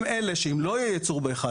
הם אלה שאם לא יהיה יצור ב-4-1,